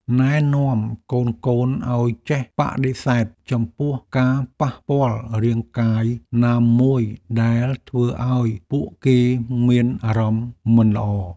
ណែនាំកូនៗឱ្យចេះបដិសេធចំពោះការប៉ះពាល់រាងកាយណាមួយដែលធ្វើឱ្យពួកគេមានអារម្មណ៍មិនល្អ។